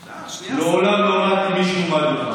מעולם לא הורדתי מישהו מהדוכן.